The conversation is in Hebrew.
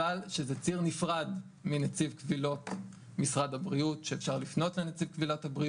אבל שזה ציר נפרד מנציב קבילות משרד הבריאות שאפשר לפנות לנציב קבילות,